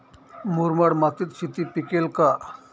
मुरमाड मातीत शेती पिकेल का?